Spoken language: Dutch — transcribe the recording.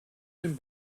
zijn